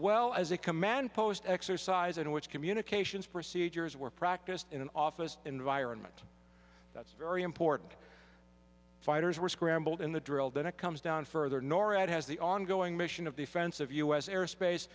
well as a command post exercise in which communications procedures were practiced in an office environment that's very important fighters were scrambled in the drill then it comes down further norad has the ongoing mission of the offensive u s airspace